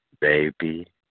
baby